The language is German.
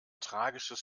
tragisches